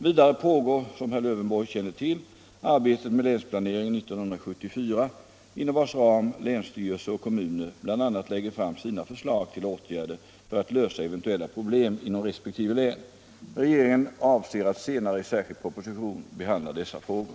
Vidare pågår, som herr Lövenborg känner till, arbetet med Länsplanering 1974, inom vars ram länsstyrelse och kommuner bl.a. lägger fram sina förslag till åtgärder för att lösa eventuella problem inom resp. län. Regeringen avser att senare i särskild proposition behandla dessa frågor.